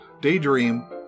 Daydream